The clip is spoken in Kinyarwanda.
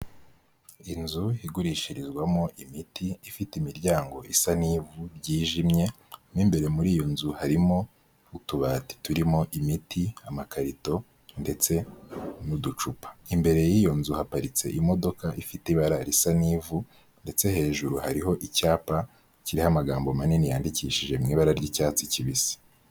Inzu igurishirizwamo imiti ifite imiryango isa n'ivu ryijimye mu imbere muri iyo nzu harimo utubati turimo imiti, amakarito ndetse n'uducupa imbere y'iyo nzu haparitse imodoka ifite ibara risa n'ivu ndetse hejuru hariho icyapa kiriho amagambo manini yandikishije mu ibara ry'icyatsi kibisi.